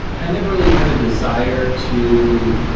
i never really had a desire to